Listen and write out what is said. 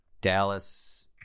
Dallas